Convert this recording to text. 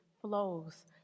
flows